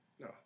No